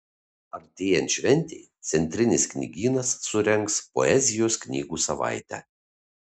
artėjant šventei centrinis knygynas surengs poezijos knygų savaitę